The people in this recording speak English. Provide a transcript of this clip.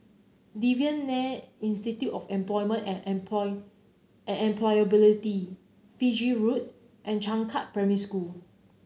Devan Nair Institute of Employment and Employ Employability Fiji Road and Changkat Primary School